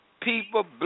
people